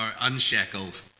unshackled